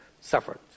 suffered